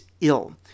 ill